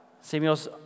Samuel's